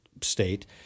state